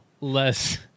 less